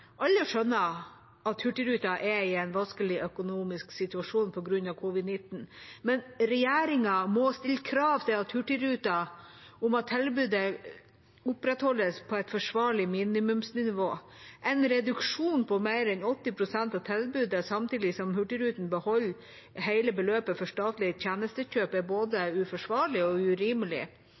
Alle skjønner at Hurtigruten er i en vanskelig økonomisk situasjon på grunn av covid-19, men regjeringen må stille krav om at tilbudet på Hurtigruten opprettholdes på et forsvarlig minimumsnivå. En reduksjon på mer enn 80 pst. av tilbudet samtidig som Hurtigruten beholder hele beløpet for statlige tjenestekjøp, er både uforsvarlig og urimelig,